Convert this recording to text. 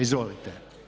Izvolite.